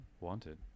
Wanted